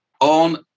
on